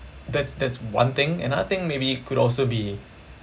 that's that's one thing another thing maybe could also be